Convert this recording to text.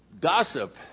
gossip